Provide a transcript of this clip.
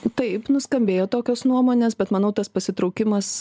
taip nuskambėjo tokios nuomonės bet manau tas pasitraukimas